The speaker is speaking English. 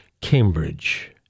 Cambridge